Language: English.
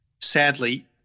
sadly